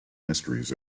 mysteries